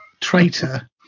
traitor